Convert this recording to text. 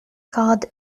called